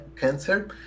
cancer